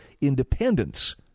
independence